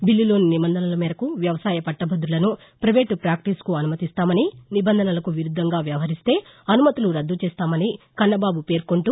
బిల్లులోని నిబంధనల మేరకు వ్యవసాయ పట్టభుదులను పైవేట్ ఫాక్షీసుకు అనుమతిస్తామని నిబంధనలకు విరుద్దంగా వ్యవహరిస్తే అనుమతులు రద్దు చేస్తామని కన్నబాబు పేర్కొంటూ